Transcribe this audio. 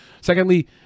secondly